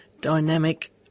dynamic